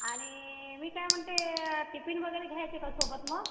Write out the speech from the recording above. आणि मी काय म्हणते टिफिन वगैरे घ्यायचे का सोबत मग